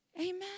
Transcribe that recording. Amen